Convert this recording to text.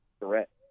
Correct